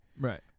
Right